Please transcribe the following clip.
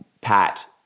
Pat